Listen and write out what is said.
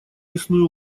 мясную